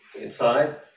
inside